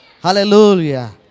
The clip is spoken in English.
Hallelujah